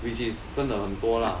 which is 真的很多啦